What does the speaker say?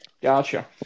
Gotcha